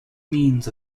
means